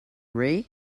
ray